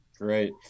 Great